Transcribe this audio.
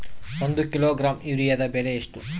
ಒಂದು ಕಿಲೋಗ್ರಾಂ ಯೂರಿಯಾದ ಬೆಲೆ ಎಷ್ಟು?